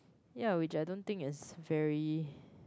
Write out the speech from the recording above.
ya which I don't think is very